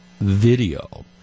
video